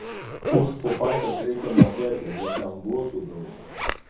už fufaikas reikia mokėti nes ten blusų daug